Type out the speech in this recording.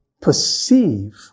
perceive